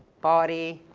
body,